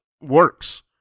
works